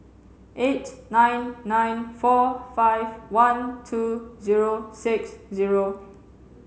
eight nine nine four five one two zero six zero